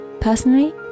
personally